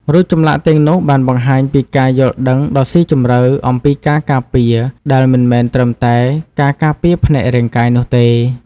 រូបចម្លាក់ទាំងនោះបានបង្ហាញពីការយល់ដឹងដ៏ស៊ីជម្រៅអំពីការការពារដែលមិនមែនត្រឹមតែការការពារផ្នែករាងកាយនោះទេ។